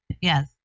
Yes